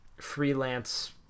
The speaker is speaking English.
freelance